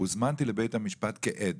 הוזמנתי לבית המשפט כעד